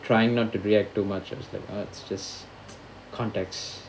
trying not to react too much I was like oh it's just contacts